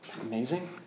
Amazing